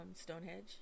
Stonehenge